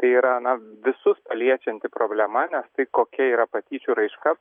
tai yra na visus paliečianti problema nes tai kokia yra patyčių raiška